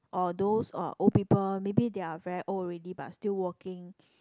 or those uh old people maybe they are very old already but still working